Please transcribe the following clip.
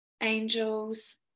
angels